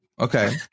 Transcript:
okay